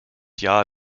jahr